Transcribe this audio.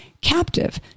captive